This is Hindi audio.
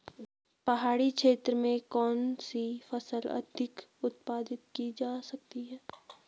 पहाड़ी क्षेत्र में कौन सी फसल अधिक उत्पादित की जा सकती है?